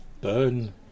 burn